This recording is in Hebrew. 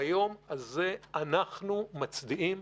ביום הזה אנחנו מצדיעים.